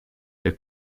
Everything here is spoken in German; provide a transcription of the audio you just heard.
der